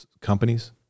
companies